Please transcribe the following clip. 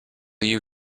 you